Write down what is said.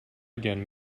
again